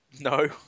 No